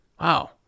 wow